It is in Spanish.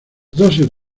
dosis